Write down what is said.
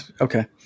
Okay